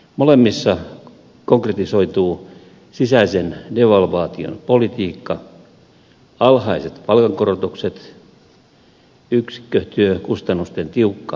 molemmissa konkretisoituu sisäisen devalvaation politiikka alhaiset palkankorotukset yksikkötyökustannusten tiukka seuranta eläketurvan leikkaukset